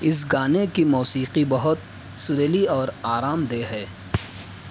اس گانے کی موسیقی بہت سریلی اور آرام دہ ہے